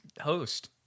host